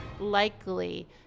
likely